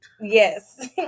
Yes